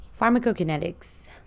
Pharmacokinetics